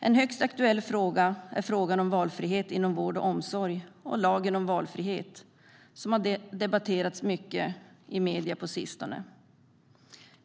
En högst aktuell fråga är den om valfrihet inom vård och omsorg och lagen om valfrihet, som har debatterats mycket i medierna på sistone.